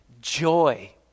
joy